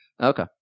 Okay